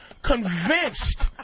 Convinced